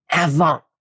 avant